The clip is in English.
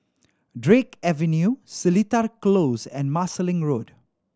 Drake Avenue Seletar Close and Marsiling Road